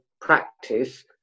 practice